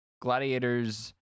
Gladiators